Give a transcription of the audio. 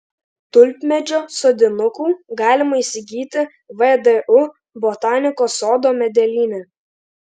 tulpmedžio sodinukų galima įsigyti vdu botanikos sodo medelyne